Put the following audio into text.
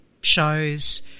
shows